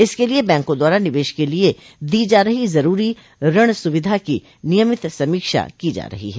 इसके लिये बैंकों द्वारा निवेश के लिये दी जा रही ज़रूरी ऋण सुविधा की नियमित समीक्षा की जा रही है